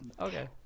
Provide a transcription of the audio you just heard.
Okay